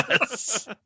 Yes